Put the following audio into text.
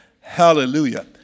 Hallelujah